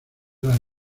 las